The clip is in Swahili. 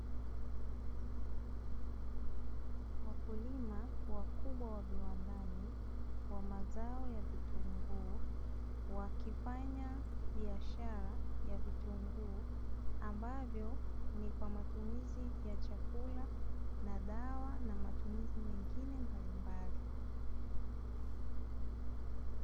Wakulima wakubwa wa viwandani wa mazao ya vitunguu wakifanya biashara ya vitunguu, ambavyo ni kwa matumizi ya chakula na dawa na matumizi mengine mbalimbali.